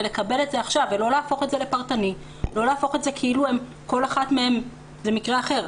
לא להפוך את זה פרטני כאילו כל אחת מהן זה מקרה אחר.